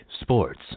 sports